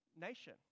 nation